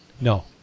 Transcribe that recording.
No